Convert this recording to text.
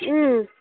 ꯎꯝ